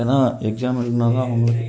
ஏன்னால் எக்ஸாம் எழுதுனா தான் அவங்